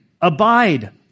abide